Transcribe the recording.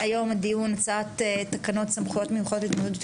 היום הדיון בנושא הצעת תקנות סמכויות מיוחדות להתמודדות